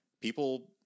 People